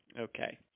Okay